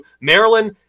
Maryland